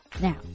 now